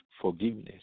forgiveness